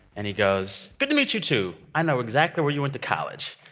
and he goes, good to meet you too. i know exactly where you went to college.